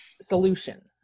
solution